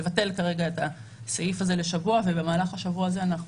לבטל כרגע את הסעיף הזה לשבוע ובמהלך השבוע הזה אנחנו